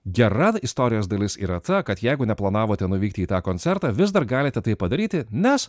gera istorijos dalis yra ta kad jeigu neplanavote nuvykti į tą koncertą vis dar galite tai padaryti nes